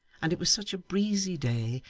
and it was such a breezy day,